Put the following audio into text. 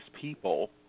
people